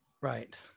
Right